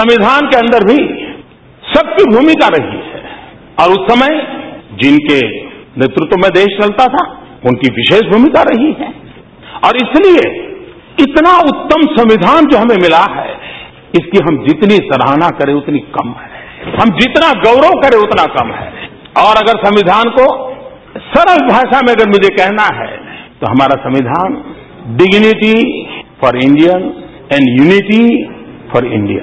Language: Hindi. संविधान के अंदर भी सबकी भूमिका रही है और उस समय जिनके नेतृत्व में देश चलता था उनकी विशेष भूमिका रही है और इसलिए इतना उत्तम संविधान जो हमें मिला है इसकी हम जितनी सराहना करें उतनी कम है हम जितना गौरव करें उतना कम है और अगर संविधान को सरल भाषा में अगर मुझे कहना है तो हमारा संविधान dignity for Indian and unity for India